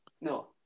No